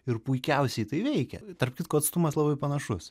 ir puikiausiai tai veikia tarp kitko atstumas labai panašus